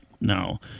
now